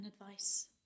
advice